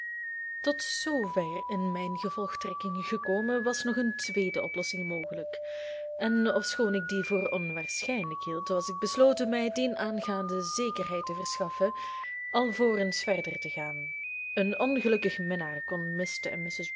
tot zoover in mijn gevolgtrekkingen gekomen was nog een tweede oplossing mogelijk en ofschoon ik die voor onwaarschijnlijk hield was ik besloten mij dienaangaande zekerheid te verschaffen alvorens verder te gaan een ongelukkig minnaar kon